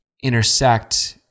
intersect